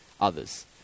others